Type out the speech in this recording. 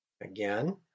Again